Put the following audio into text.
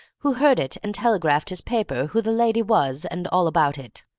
who heard it and telegraphed his paper who the lady was and all about it.